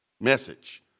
Message